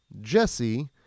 Jesse